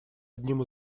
одним